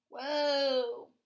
Whoa